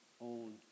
own